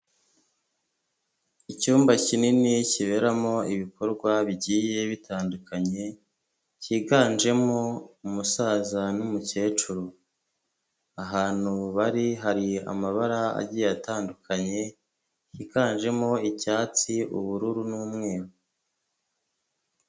Icyumba kinini kiberamo ibikorwa bigiye bitandukanye, cyiganjemo umusaza n'umukecuru ahantu bari hari amabara agiye atandukanye higanjemo icyatsi ubururu n'umweru.